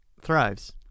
thrives